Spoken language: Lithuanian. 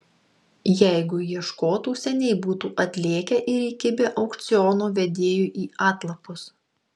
jeigu ieškotų seniai būtų atlėkę ir kibę aukciono vedėjui į atlapus